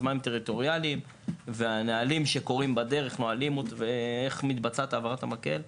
מים טריטוריאליים והנהלים שקורים בדרך ואיך מתבצעת העברת המקל,